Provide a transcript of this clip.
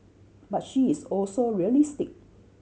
but she is also realistic